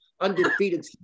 undefeated